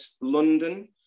London